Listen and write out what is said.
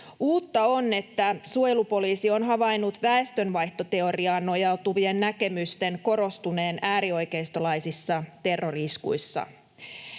Uutta on, että suojelupoliisi on havainnut väestönvaihtoteoriaan nojautuvien näkemysten korostuneen äärioikeistolaisissa terrori-iskuissa.